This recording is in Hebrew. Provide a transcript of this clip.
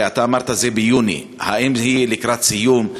הרי אתה אמרת ביוני, האם היא לקראת סיום?